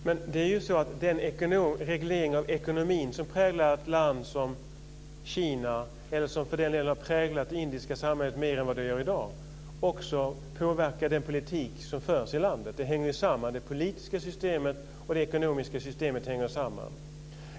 Fru talman! Det är ju så att den reglering av ekonomin som präglar ett land som Kina, eller som för den delen har präglat det indiska samhället mer än vad den gör i dag, också påverkar den politik som förs i landet. Det politiska systemet och det ekonomiska systemet hänger samman.